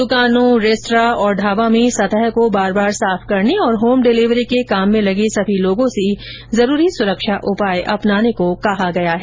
दुकानों रेस्त्रां और ढाबा में सतह को बार बार साफ करने और होम डिलीवरी के काम में लगे सभी लोगों से जरूरी सुरक्षा उपाय अपनाने को कहा गया है